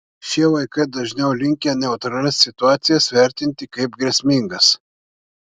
šie vaikai dažniau linkę neutralias situacijas vertinti kaip grėsmingas